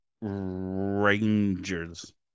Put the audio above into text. Rangers